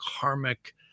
karmic